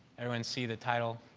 everyone see the title.